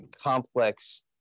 complex